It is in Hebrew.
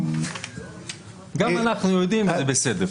וזה בסדר.